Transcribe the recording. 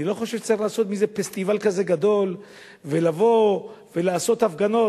אני לא חושב שצריך לעשות מזה פסטיבל כזה גדול ולבוא ולעשות הפגנות.